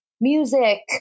music